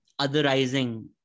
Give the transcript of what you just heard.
otherizing